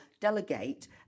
delegate